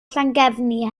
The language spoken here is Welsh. llangefni